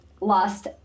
lost